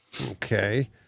okay